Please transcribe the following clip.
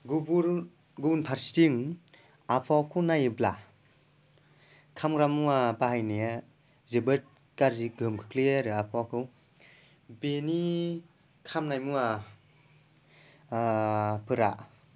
गुबुन गुबुन फारसेथिं आबहावाखौ नायोब्ला खामग्रा मुवा बाहायनाया जोबोद गोहोम गारजि खोख्लैयो आरो आबहावाखौ बेनि खामनाय मुवाफोरा